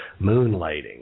moonlighting